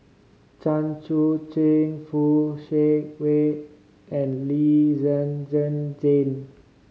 Chan Chun Sing Fock Siew Wah and Lee Zhen Zhen Jane